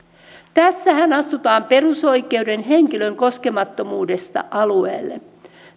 tässähän astutaan perusoikeuden henkilön koskemattomuudesta alueelle